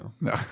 no